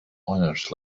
honours